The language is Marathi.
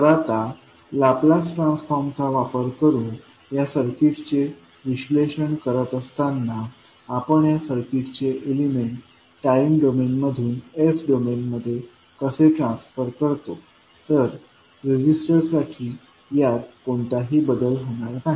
तर आता लाप्लास ट्रान्सफॉर्मचा वापर करून या सर्किटचे विश्लेषण करत असताना आपण या सर्किटचे एलिमेंट टाइम डोमेन मधून s डोमेनमध्ये कसे ट्रान्सफर करतो तर रजिस्टरसाठी त्यात कोणताही बदल होणार नाही